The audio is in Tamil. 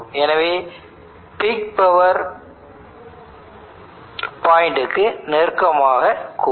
எனவே இது பீக் பவர் பாயிண்டுக்கு நெருக்கமாக கூடும்